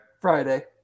Friday